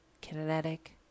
kinetic